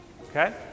Okay